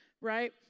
Right